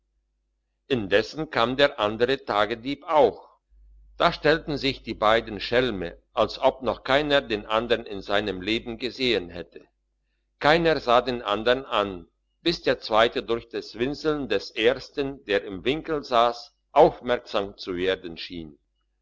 indessen kam der andere tagdieb auch nach da stellten sich die beiden schelme als ob noch keiner den andern in seinem leben gesehen hätte keiner sah den andern an bis der zweite durch das winseln des erstern der im winkel sass aufmerksam zu werden schien